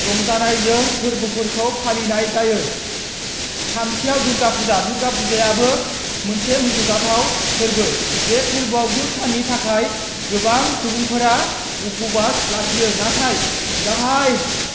रंजानायजों फोरबोफोरखौ फालिनाय जायो थामथिआव दुरगा फुजा दुरगा फुजायाबो मोनसे मख'जाथाव फोरबो बे फोरबोआव गु साननि थाखाय गोबां सुबुंफोरा उप'बास लाखियो नाथाय गाहाय